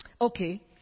Okay